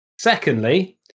Secondly